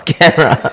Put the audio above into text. camera